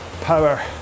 power